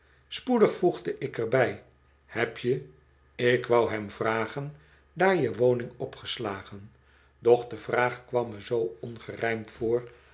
spoedig voegde ik er bij heb je ik wou hem vragen daar je woning opgeslagen doch de vraag kwam me zoo ongerijmd voor